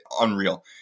Unreal